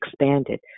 expanded